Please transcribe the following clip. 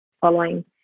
following